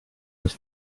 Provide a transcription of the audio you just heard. was